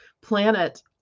planet